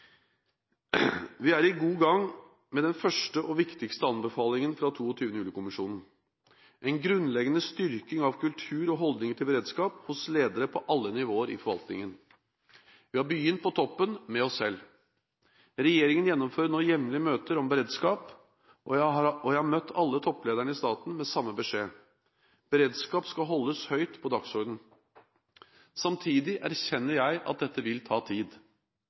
Vi er godt i gang med den første og viktigste anbefalingen fra 22. juli-kommisjonen: en grunnleggende styrking av kultur og holdninger til beredskap hos ledere på alle nivåer i forvaltningen. Vi har begynt på toppen – med oss selv. Regjeringen gjennomfører nå jevnlige møter om beredskap, og jeg har møtt alle topplederne i staten med samme beskjed: Beredskap skal holdes høyt på dagsordenen. Samtidig erkjenner jeg at dette vil ta tid.